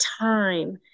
time